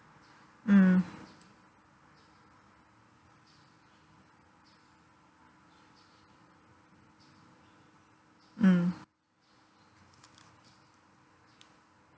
mm mm